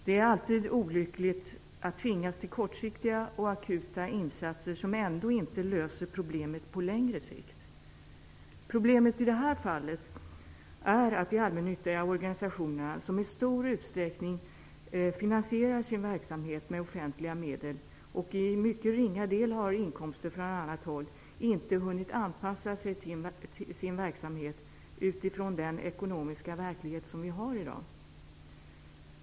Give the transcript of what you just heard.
Det är alltid olyckligt att tvingas till kortsiktiga och akuta insatser som ändå inte löser problemet på längre sikt. Problemet i det här fallet är att de allmännyttiga organisationerna, som i stor utsträckning finansierar sin verksamhet med offentliga medel och som till mycket ringa del har inkomster från annat håll, inte har hunnit anpassa sin verksamhet utifrån den ekonomiska verklighet som råder i dag.